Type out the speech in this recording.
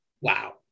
wow